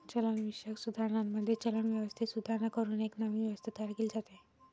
चलनविषयक सुधारणांमध्ये, चलन व्यवस्थेत सुधारणा करून एक नवीन व्यवस्था तयार केली जाते